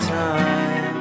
time